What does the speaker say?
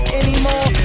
anymore